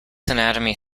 anatomy